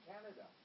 Canada